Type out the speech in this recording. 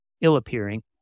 ill-appearing